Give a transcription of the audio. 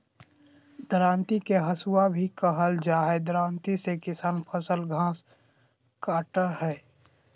दरांती के हसुआ भी कहल जा हई, दरांती से किसान फसल, घास काटय हई